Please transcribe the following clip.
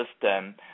system